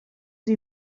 sie